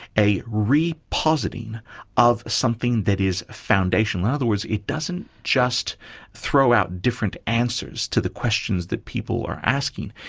a re-positing of something that is foundational. in other words, it doesn't just throw out different answers to the questions that people are asking,